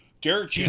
Derek